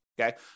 Okay